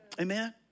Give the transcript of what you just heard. Amen